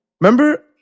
remember